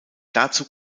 dazu